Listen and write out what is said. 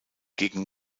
gegen